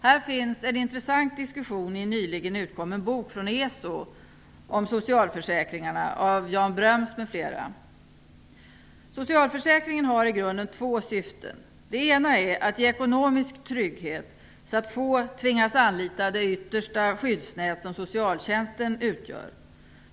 Här finns en intressant diskussion i en nyligen utkommen bok från ESO om socialförsäkringarna av Socialförsäkringen har i grunden två syften. Det ena är att ge ekonomisk trygghet så att få tvingas anlita det yttersta skyddsnät som socialtjänsten utgör.